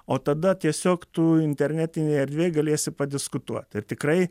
o tada tiesiog tu internetinėj erdvėj galėsi padiskutuot ir tikrai